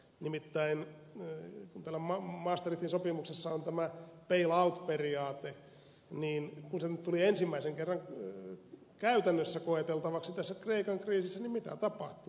nimittäin kun maastrichtin sopimuksessa on tämä bail out periaate niin kun se nyt tuli ensimmäisen kerran käytännössä koeteltavaksi tässä kreikan kriisissä niin mitä tapahtui